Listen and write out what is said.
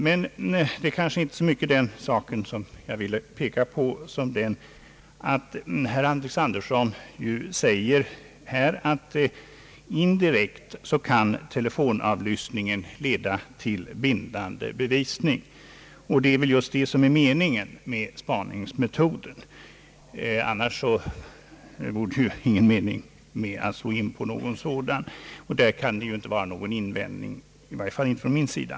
Men det är kanske inte så mycket den saken jag ville peka på utan mera vad herr Alexanderson sagt om att telefonavlyssningen indirekt kan leda till bindande bevisning. Ja, det är väl meningen med spaningsmetoden, annars finns det ingen anledning att slå in på den här vägen. Därvidlag kan det ju inte finnas någon invändning, i varje fall inte från min sida.